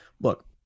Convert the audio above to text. look